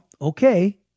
okay